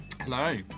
Hello